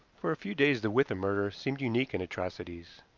for a few days the withan murder seemed unique in atrocities,